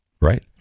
right